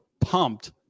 pumped